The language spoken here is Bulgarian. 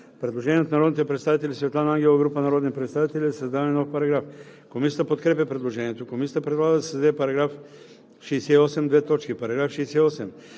Предложение от народния представител Светлана Ангелова и група народни представители за създаване на нов параграф. Комисията подкрепя предложението. Комисията предлага да се създаде § 68: „§ 68. В чл.